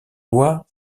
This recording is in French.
bois